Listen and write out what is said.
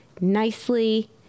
nicely